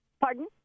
Pardon